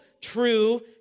true